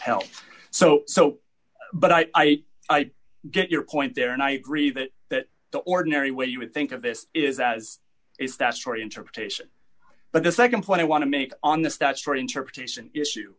help so so but i get your point there and i agree that that the ordinary way you would think of this is as is that story interpretation but the nd point i want to make on the statutory interpretation issue